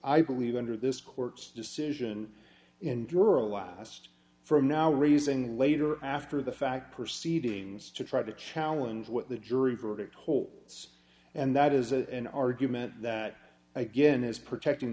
i believe under this court's decision in dura last from now raising later after the fact proceedings to try to challenge what the jury verdict whole it's and that is an argument that again is protecting